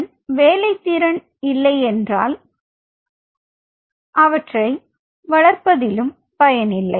அதன் வேலைத்திறன் இல்லை என்றல் அவற்றை வளர்ப்பதும் பயனில்லை